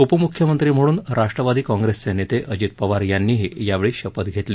उपमुख्यमंत्री म्हणून राष्ट्रवादी काँग्रेसचे नेते अजित पवार यांनीही यावेळी शपथ घेतली